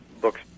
books